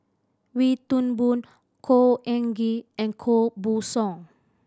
Wee Toon Boon Khor Ean Ghee and Koh Buck Song